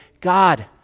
God